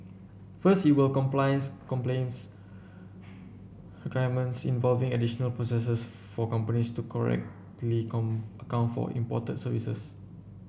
first it will compliance involving additional processes for companies to correctly account for imported services